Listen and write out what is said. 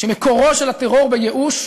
שמקורו של הטרור בייאוש,